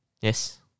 yes